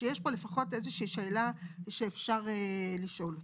שיש פה לפחות איזושהי שאלה שאפשר לשאול אותה.